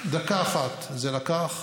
דקה אחת זה לקח.